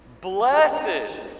Blessed